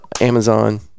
Amazon